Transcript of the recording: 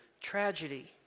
tragedy